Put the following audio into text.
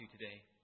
today